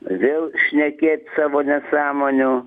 vėl šnekėt savo nesąmonių